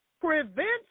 prevents